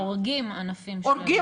הורגים ענפים שלמים.